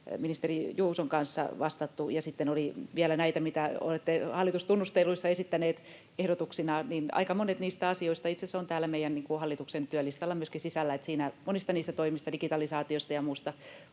ministeri Juuson kanssa vastattu. Sitten oli vielä näitä, mitä olette hallitustunnusteluissa esittäneet ehdotuksina, ja aika monet niistä asioista itse asiassa ovat myöskin täällä meidän hallituksen työlistalla sisällä. Monista niistä toimista, digitalisaatiosta ja muusta,